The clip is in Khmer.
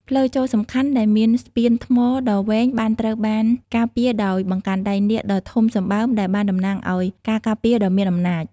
ផ្លូវចូលសំខាន់ដែលមានស្ពានថ្មដ៏វែងបានត្រូវបានការពារដោយបង្កាន់ដៃនាគដ៏ធំសម្បើមដែលបានតំណាងឲ្យការការពារដ៏មានអំណាច។